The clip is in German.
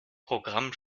programm